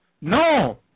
No